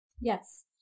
Yes